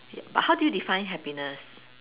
but how do you define happiness